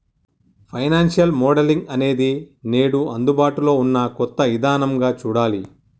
financial modelling అనేది నేడు అందుబాటులో ఉన్న కొత్త ఇదానంగా చూడాలి